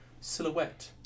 silhouette